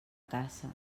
caça